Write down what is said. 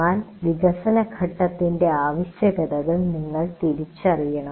എന്നാൽ വികസനഘട്ടത്തിൻറെ ആവശ്യകതൾ നിങ്ങൾ തിരിച്ചറിയണം